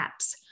apps